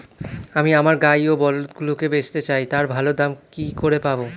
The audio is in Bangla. আমি আমার গাই ও বলদগুলিকে বেঁচতে চাই, তার ভালো দাম কি করে পাবো?